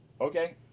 Okay